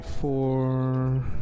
four